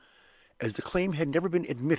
as the claim had never been admitted,